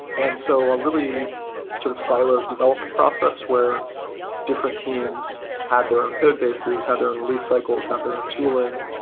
and so, a really sort of siloed development process where different teams had their own codebases, had their own re lease cycles, have their own tool ing,